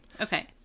Okay